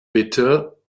bitte